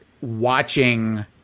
watching